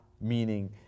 Meaning